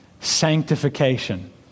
sanctification